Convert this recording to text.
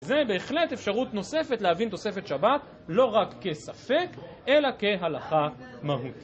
זה בהחלט אפשרות נוספת להבין תוספת שבת, לא רק כספק, אלא כהלכה מהותנית.